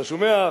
אתה שומע,